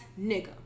nigga